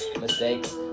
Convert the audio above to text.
mistakes